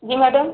जी madam